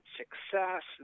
success